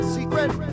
Secret